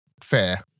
fair